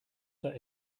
that